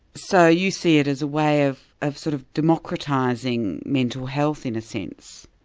so you see it as a way of of sort of democratising mental health in a sense?